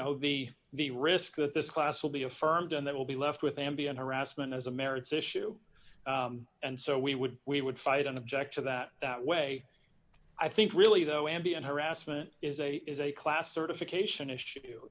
know the the risk that this class will be affirmed and that will be left with ambien harassment as a marriage issue and so we would we would fight an object to that that way i think really though ambien harassment is a is a class certification issue